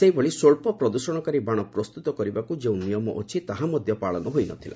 ସେହିଭଳି ସ୍ୱଚ୍ଚ ପ୍ରଦୃଷଣକାରୀ ବାଣ ପ୍ରସ୍ତୁତ କରିବାକୁ ଯେଉଁ ନିୟମ ଅଛି ତାହା ମଧ୍ୟ ପାଳନ ହୋଇନଥିଲା